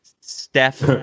Steph